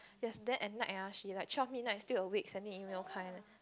yes then at night ah she like twelve midnight still awake sending email kind